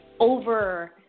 over